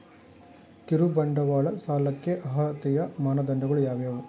ಕಿರುಬಂಡವಾಳ ಸಾಲಕ್ಕೆ ಅರ್ಹತೆಯ ಮಾನದಂಡಗಳು ಯಾವುವು?